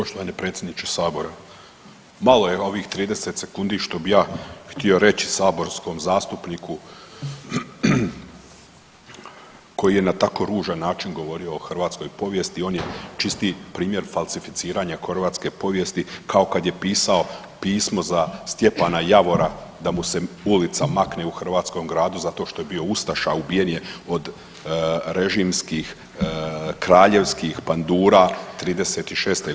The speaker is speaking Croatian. Poštovani predsjedniče sabora, malo je ovih 30 sekundi što bi ja htio reći saborskom zastupniku koji je na tako ružan način govorio o hrvatskoj povijesti, on je čisti primjer falsificiranja hrvatske povijesti kao kad je pisao pismo za Stjepana Javora da mu se ulica makne u hrvatskom gradu zato što je bio ustaša, a ubijen je od režimskih, kraljevskih pandura '36. godine, a ja bi volio